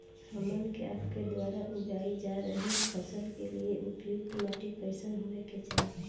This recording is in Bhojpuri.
हमन के आपके द्वारा उगाई जा रही फसल के लिए उपयुक्त माटी कईसन होय के चाहीं?